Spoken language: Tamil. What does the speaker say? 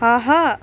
ஆஹா